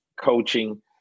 coaching